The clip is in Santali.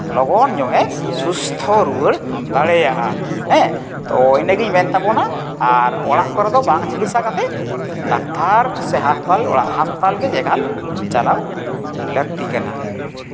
ᱞᱚᱜᱚᱱ ᱧᱚᱜᱼᱮ ᱥᱩᱥᱛᱷᱚ ᱨᱩᱣᱟᱹᱲ ᱫᱟᱲᱮᱭᱟᱜᱼᱟ ᱦᱮᱸ ᱛᱚ ᱤᱱᱟᱹᱜᱤᱧ ᱢᱮᱱ ᱛᱟᱵᱚᱱᱟ ᱟᱨ ᱚᱲᱟᱜ ᱠᱚᱨᱮ ᱫᱚ ᱵᱟᱝ ᱪᱤᱠᱤᱛᱥᱟ ᱠᱟᱛᱮ ᱰᱟᱠᱛᱟᱨ ᱥᱮ ᱦᱟᱥᱯᱟᱛᱟᱞ ᱜᱮ ᱮᱠᱟᱞ ᱪᱟᱞᱟᱣ ᱞᱟᱹᱠᱛᱤ ᱠᱟᱱᱟ